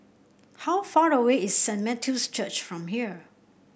How far away is Saint Matthew's Church from here